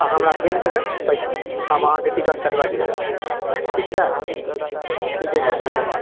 अहाँ हमरा भेज देबै पैसा हम अहाँकेँ टिकट कटबाए देब ठीक छै ठीके छै धन्यवाद